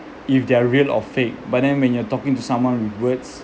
if they're real or fake but then when you're talking to someone with words